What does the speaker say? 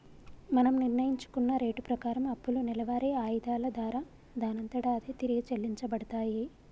మనం నిర్ణయించుకున్న రేటు ప్రకారం అప్పులు నెలవారి ఆయిధాల దారా దానంతట అదే తిరిగి చెల్లించబడతాయి